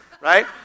right